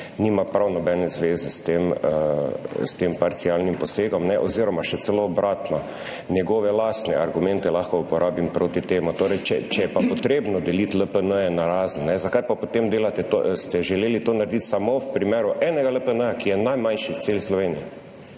nima prav nobene zveze s tem, s tem parcialnim posegom oziroma še celo obratno, njegove lastne argumente lahko uporabim proti temu. Torej, če je pa potrebno deliti LPN-je narazen, zakaj pa potem delate to, ali ste želeli to narediti samo v primeru enega LPN-ja, ki je najmanjši v celi Sloveniji?